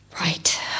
right